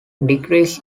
degrees